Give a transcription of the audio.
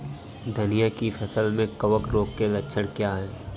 धनिया की फसल में कवक रोग के लक्षण क्या है?